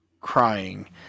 crying